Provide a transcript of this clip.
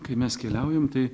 kai mes keliaujam tai